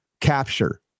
capture